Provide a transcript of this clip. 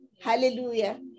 Hallelujah